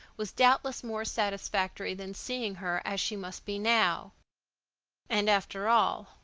was doubtless more satisfactory than seeing her as she must be now and, after all,